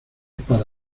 para